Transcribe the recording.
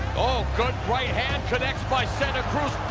oh, good right hand connects by santa cruz.